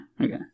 okay